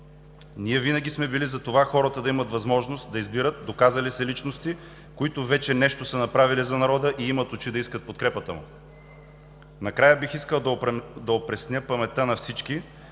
Ние винаги сме били за това хората да имат възможност да избират доказали се личности, които вече нещо са направили за народа и имат очи да искат подкрепата му. Накрая, бих искал да опресня паметта на всички